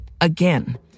again